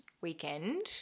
weekend